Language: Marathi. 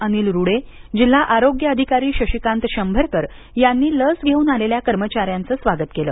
अनिल रूडे जिल्हा आरोग्य अधिकारी शशिकांत शंभरकर यांनी लस घेऊन आलेल्या कर्मचाऱ्यांचं स्वागत केलं